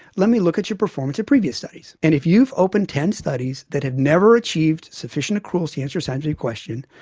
let me look at your performance of previous studies. and if you've opened ten studies that have never achieved sufficient accruals to answer a scientific question,